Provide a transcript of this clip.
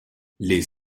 les